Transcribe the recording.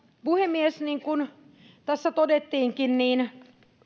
puhemies niin kuin tässä todettiinkin niin